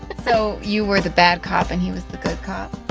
so you were the bad cop and he was the good cop?